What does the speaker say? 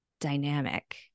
dynamic